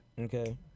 Okay